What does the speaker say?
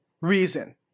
reason